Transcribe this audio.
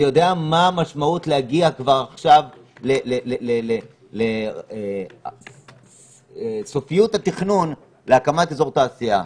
ויודע מה המשמעות של להגיע כבר עכשיו לסופיות התכנון בהקמת אזור תעשייה.